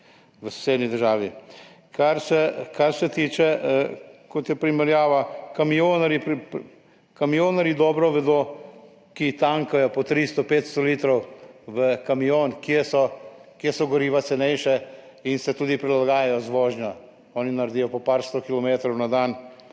v sosednji državi. Kar se tiče primerjave, kamionarji dobro vedo, ki tankajo po 300, 500 litrov v kamion, kje so goriva cenejša in se tudi prilagajajo z vožnjo. Oni naredijo po par 100 kilometrov na dan,